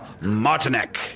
Martinek